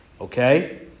okay